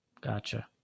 Gotcha